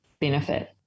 benefit